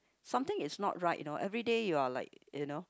something is not right you know everyday you are like you know